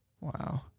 Wow